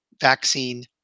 vaccine